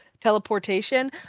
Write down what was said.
teleportation